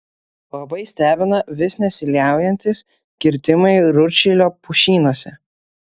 labai stebina vis nesiliaujantys kirtimai rūdšilio pušynuose